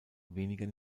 weniger